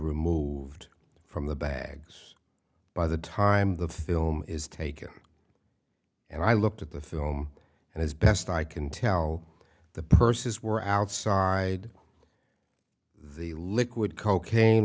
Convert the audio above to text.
removed from the bags by the time the film is taken and i looked at the film and as best i can tell the purses were outside the liquid cocaine